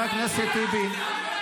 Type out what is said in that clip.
אף פעם.